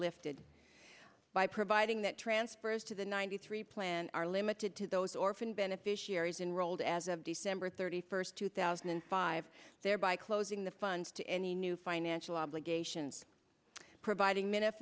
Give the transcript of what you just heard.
lifted by providing that transfers to the ninety three plan are limited to those orphan beneficiaries enrolled as of december thirty first two thousand and five thereby closing the funds to any new financial obligations providing minutes